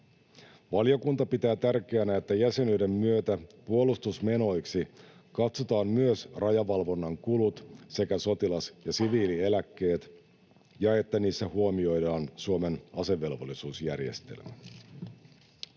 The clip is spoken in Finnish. Valiokunta pitää tärkeänä, että jäsenyyden myötä puolustusmenoiksi katsotaan myös rajavalvonnan kulut sekä sotilas- ja siviilieläkkeet ja että niissä huomioidaan Suomen asevelvollisuusjärjestelmä.